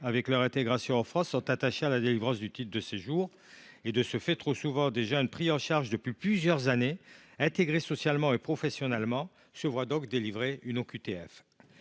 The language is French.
avec leur intégration en France sont attachés à la délivrance du titre de séjour. Trop souvent, des jeunes pris en charge depuis plusieurs années, intégrés socialement et professionnellement, se voient délivrer une